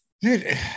dude